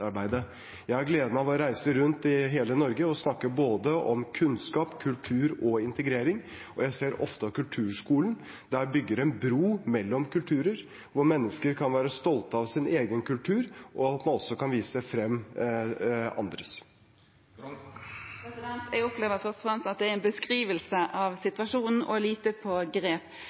Jeg har gleden av å reise rundt i hele Norge og snakke om både kunnskap, kultur og integrering, og jeg ser ofte at kulturskolen bygger en bro mellom kulturer, der mennesker kan være stolte av sin egen kultur, og at man også kan vise frem andres. Jeg opplever fortsatt at det er en beskrivelse av situasjonen og lite grep.